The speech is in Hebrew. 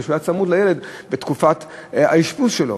כי הוא היה צמוד לילד בתקופת האשפוז שלו.